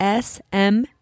SM